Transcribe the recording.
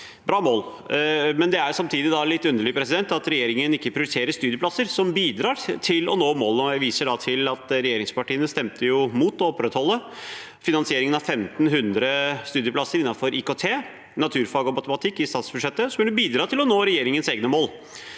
gode mål. Samtidig er det litt underlig at regjeringen ikke prioriteter studieplasser som bidrar til å nå målene, og jeg viser da til at regjeringspartiene stemte imot å opprettholde finansieringen av 1 500 studieplasser innenfor IKT, naturfag og matematikk i statsbudsjettet, noe som ville bidratt til å nå regjeringens egne mål.